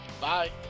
Bye